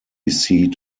seat